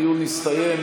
הדיון הסתיים.